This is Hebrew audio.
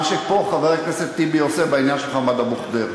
שפה חבר הכנסת טיבי עושה בעניין של מוחמד אבו ח'דיר.